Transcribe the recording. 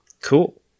Cool